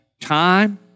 Time